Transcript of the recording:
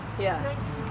Yes